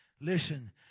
Listen